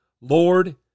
Lord